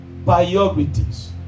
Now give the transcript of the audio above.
priorities